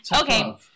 okay